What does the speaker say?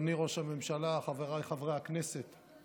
אדוני ראש הממשלה, חבריי חברי הכנסת,